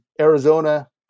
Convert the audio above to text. Arizona